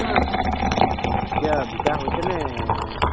এতিয়া বিকাশ হৈছেনে